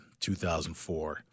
2004